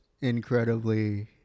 Incredibly